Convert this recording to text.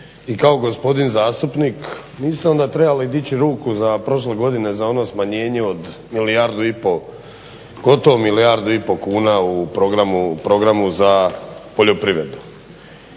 i kako gospodin zastupnik niste onda trebali dići ruku za, prošle godine za ono smanjenje od milijardu i po, gotovo milijardu i po kuna u programu za poljoprivredu.